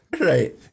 Right